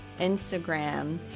Instagram